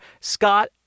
Scott